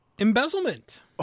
embezzlement